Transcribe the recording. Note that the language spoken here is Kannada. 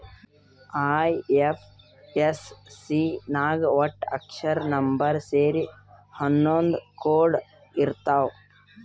ಐ.ಎಫ್.ಎಸ್.ಸಿ ನಾಗ್ ವಟ್ಟ ಅಕ್ಷರ, ನಂಬರ್ ಸೇರಿ ಹನ್ನೊಂದ್ ಕೋಡ್ ಇರ್ತಾವ್